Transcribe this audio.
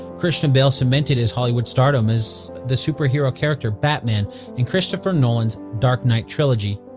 christian bale cemented his hollywood stardom as the superhero character batman in christopher nolan's dark knight trilogy